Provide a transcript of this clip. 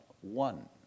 one